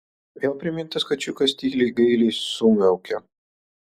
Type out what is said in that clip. vėl primintas kačiukas tyliai gailiai sumiaukė